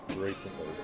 recently